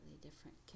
different